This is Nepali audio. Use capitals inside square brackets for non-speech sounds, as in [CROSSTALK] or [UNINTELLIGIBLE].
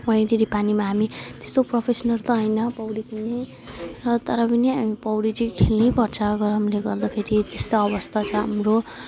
[UNINTELLIGIBLE] पानीमा हामी त्यस्तो प्रोफेसनल त हैन पौडी खेल्ने र तर पनि हामी पौडी चाहिँ खेल्नैपर्छ गरमले गर्दाखेरि त्यस्तो अवस्था छ हाम्रो